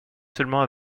seulement